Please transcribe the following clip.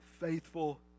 Faithful